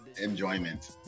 enjoyment